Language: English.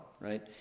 right